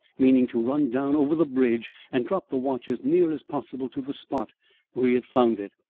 meaning to run down over the bridge and drop the watch as near as possible to the spot where he had found it.